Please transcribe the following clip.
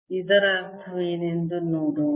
ಇದರ ಅರ್ಥವೇನೆಂದು ನೋಡೋಣ